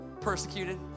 persecuted